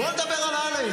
בוא נדבר על א'.